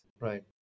Right